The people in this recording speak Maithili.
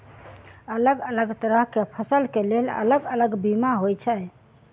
अलग अलग तरह केँ फसल केँ लेल अलग अलग बीमा होइ छै?